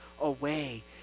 away